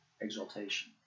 Exaltation